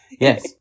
yes